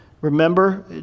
Remember